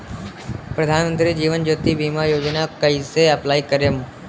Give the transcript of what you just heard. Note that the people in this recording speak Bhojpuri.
प्रधानमंत्री जीवन ज्योति बीमा योजना कैसे अप्लाई करेम?